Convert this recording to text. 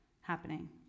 happening